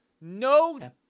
No